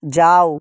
যাও